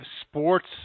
sports